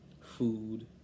food